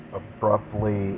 abruptly